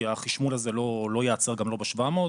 כי החשמול הזה לא ייעצר גם לא ב-700,